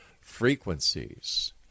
frequencies